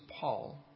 Paul